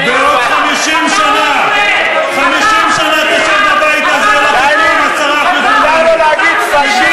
אני קורא אותך לסדר.